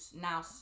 now